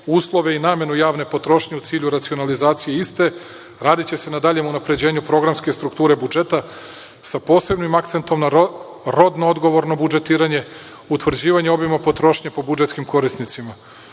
uslove i namenu javne potrošnje u cilju racionalizacije iste. Radiće se na daljem unapređenju programske strukture budžeta sa posebnim akcentom na rodno odgovorno budžetiranje, utvrđivanje obima potrošnje po budžetskim korisnicima.U